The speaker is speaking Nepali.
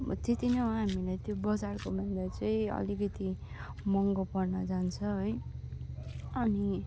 त्यति नै हो हामीलाई त्यो बजारकोभन्दा चाहिँ अलिकति महँगो पर्न जान्छ है अनि